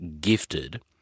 gifted